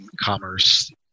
commerce